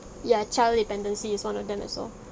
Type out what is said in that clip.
ya child dependency is one of them as well